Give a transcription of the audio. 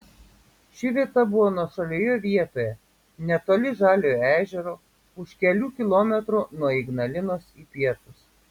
ši vieta buvo nuošalioje vietoje netoli žaliojo ežero už kelių kilometrų nuo ignalinos į pietus